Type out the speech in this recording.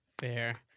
Fair